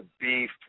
beef